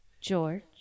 George